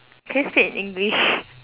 can you speak in english